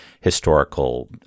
historical